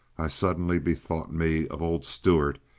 i suddenly bethought me of old stuart,